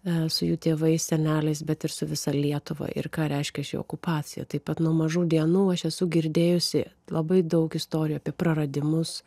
su jų tėvais seneliais bet ir su visa lietuva ir ką reiškia ši okupacija taip pat nuo mažų dienų aš esu girdėjusi labai daug istorijų apie praradimus